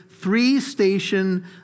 three-station